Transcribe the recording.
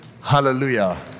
Hallelujah